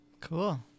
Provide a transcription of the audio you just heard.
cool